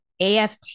AFT